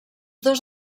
dos